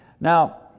Now